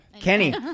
Kenny